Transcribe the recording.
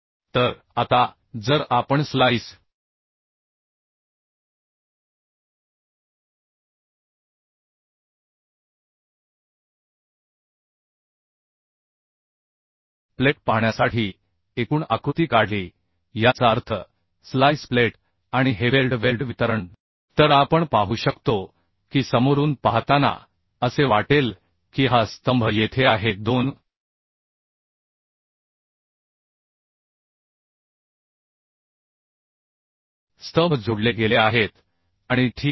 तर आता जर आपण स्लाइस प्लेट पाहण्यासाठी एकूण आकृती काढली याचा अर्थ स्लाइस प्लेट आणि हे वेल्ड वेल्ड वितरण तर आपण पाहू शकतो की समोरून पाहताना असे वाटेल की हा स्तंभ येथे आहे 2 स्तंभ जोडले गेले आहेत आणि ठीक आहे